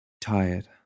Tired